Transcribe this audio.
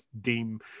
deem